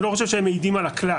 אני לא חושב שהם מעידים על הכלל.